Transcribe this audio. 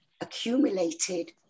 accumulated